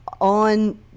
On